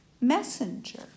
messenger